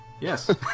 Yes